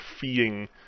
feeding